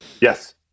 Yes